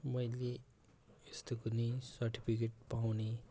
मैले यस्तो पनि सर्टिफिकेट पाउने